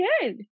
good